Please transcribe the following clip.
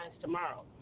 tomorrow